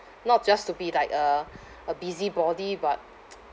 not just to be like uh a busybody but